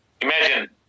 Imagine